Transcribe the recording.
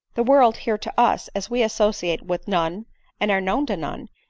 the world here to us, as we associate with none and are known to none,